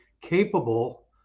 capable